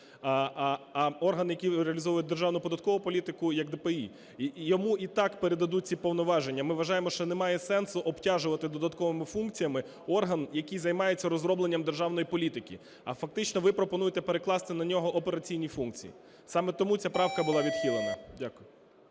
а орган, який реалізовує державну податкову політику, як ДПІ. Йому і так передадуть ці повноваження. Ми вважаємо, що немає сенсу обтяжувати додатковими функціями орган, який займається розробленням державної політики. А, фактично, ви пропонуєте перекласти на нього операційні функції. Саме тому ця правка була відхилена. Дякую.